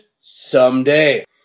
someday